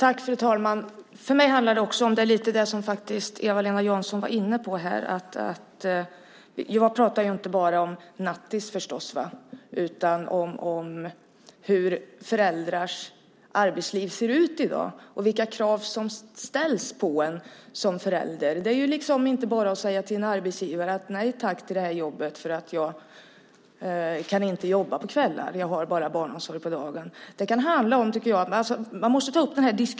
Fru talman! För mig handlar det också om det som Eva-Lena Jansson lite grann var inne på. Vi pratar förstås inte bara om nattis utan också om hur föräldrars arbetsliv ser ut i dag och vilka krav som ställs på en som förälder. Det är liksom inte bara att säga till en arbetsgivare: Nej tack, jag kan inte ta det här jobbet. Jag kan inte jobba på kvällar, för jag har bara barnomsorg på dagen.